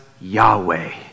Yahweh